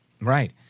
Right